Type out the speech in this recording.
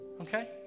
okay